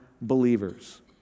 believers